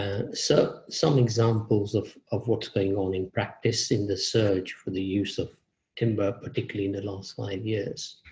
so some examples of of what's going on in practice in the search for the use of timber, particularly, in the last five years.